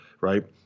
right